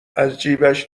ازجیبش